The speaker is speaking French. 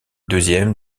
deuxième